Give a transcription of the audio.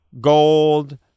gold